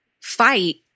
fight